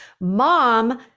mom